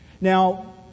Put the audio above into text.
Now